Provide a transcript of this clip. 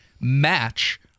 match